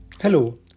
Hello